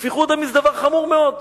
שפיכות דמים זה דבר חמור מאוד.